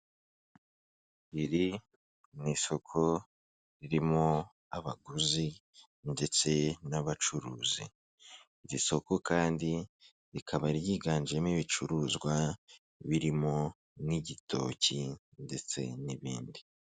Iri ni isoko ririmo abaguzi ndetse n'abacuruzi. Iri soko kandi rikaba ryiganjemo ibicuruzwa birimo n'igitoki ndetse n'ibindi.